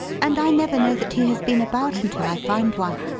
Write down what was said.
and i never know that he has been about until i find one.